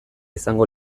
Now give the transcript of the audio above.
izango